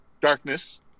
darkness